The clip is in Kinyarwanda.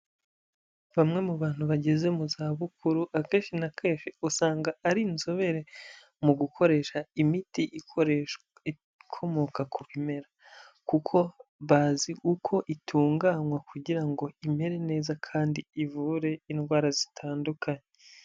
Bamwe mu bantu bageze mu za bukuru akenshi na kenshi, usanga ari inzobere mu gukoresha imiti ikoreshwa ikomoka ku bimera kuko bazi uko itunganywa kugira ngo imere neza kandi ivure indwara zitandukanye.